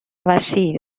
وسیعی